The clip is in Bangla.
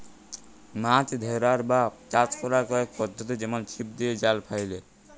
মাছ ধ্যরার বা চাষ ক্যরার কয়েক পদ্ধতি যেমল ছিপ দিঁয়ে, জাল ফ্যাইলে